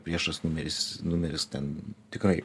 priešas numeris numeris ten tikrai